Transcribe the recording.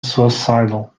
suicidal